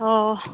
অঁ